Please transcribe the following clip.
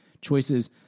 choices